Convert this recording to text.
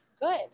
Good